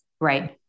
right